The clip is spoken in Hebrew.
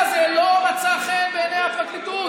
אבל התצהיר הזה לא מצא חן בעיני הפרקליטות.